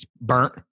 burnt